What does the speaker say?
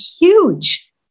huge